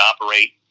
operate